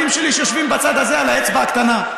שלי שיושבים בצד הזה על האצבע הקטנה.